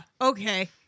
Okay